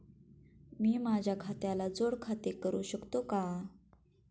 मी माझ्या खात्याला जोड खाते करू शकतो का?